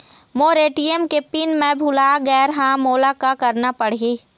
मोर ATM के PIN मैं भुला गैर ह, मोला का करना पढ़ही?